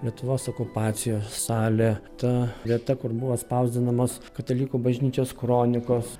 lietuvos okupacijos salė ta vieta kur buvo spausdinamos katalikų bažnyčios kronikos